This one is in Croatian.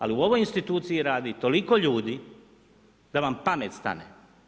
Ali u ovoj instituciji radi toliko ljudi da vam pamet stane.